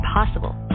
impossible